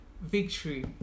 victory